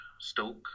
stoke